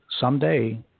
someday